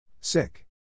Sick